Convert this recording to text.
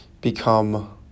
become